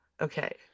Okay